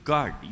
God